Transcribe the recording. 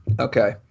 Okay